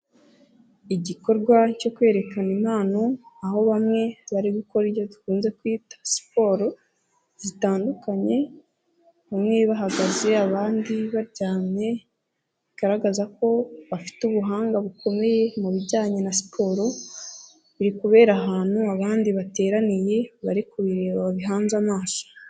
Igikorwa cyo kwerekana impano, aho bamwe bari gukora ibyo dukunze kwita siporo, zitandukanye, bamwe bahagaze, abandi baryamy,e bigaragaza ko bafite ubuhanga bukomeye mu bijyanye na siporo, bikubera ahantu abandi bateraniye, bari kubireba babihanze amaso.